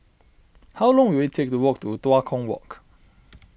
how long will it take to walk to Tua Kong Walk